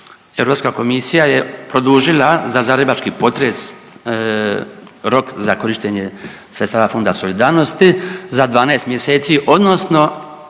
Europska komisija je produžila za zagrebački potres rok za korištenje sredstava Fonda solidarnosti za 12 mjeseci odnosno